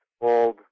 old